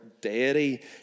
deity